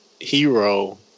hero